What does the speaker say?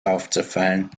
aufzufallen